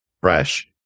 fresh